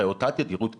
הרי אותה תדירות קיימת.